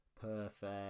perfect